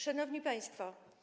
Szanowni Państwo!